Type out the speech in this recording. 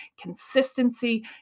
consistency